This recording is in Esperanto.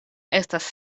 estas